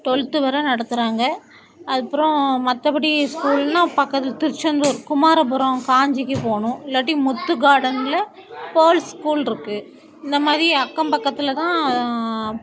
twelfth வர நடத்துகிறாங்க அதுக்கப்புறம் மற்றபடி ஸ்கூல்ன்னா பக்கத்தில் திருச்செந்தூர் குமாரபுரம் காஞ்சிக்கு போகணும் இல்லாட்டி முத்து கார்டனில் ஸ்கூல் இருக்கு இந்த மாதிரி அக்கம் பக்கத்தில் தான்